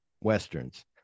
Westerns